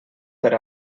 per